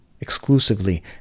exclusively